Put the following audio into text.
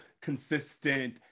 consistent